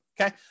okay